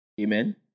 Amen